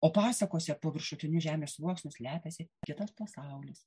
o pasakose po viršutiniu žemės sluoksniu slepiasi kitas pasaulis